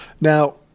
Now